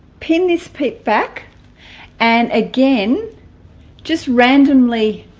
pin this pit back and again just randomly